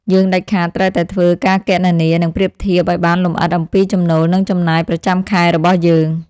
យើងដាច់ខាតត្រូវតែធ្វើការគណនា និងប្រៀបធៀបឱ្យបានលម្អិតអំពីចំណូលនិងចំណាយប្រចាំខែរបស់យើង។